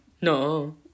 No